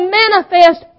manifest